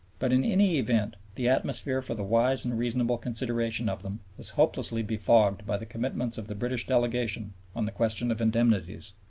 but in any event the atmosphere for the wise and reasonable consideration of them was hopelessly befogged by the commitments of the british delegation on the question of indemnities.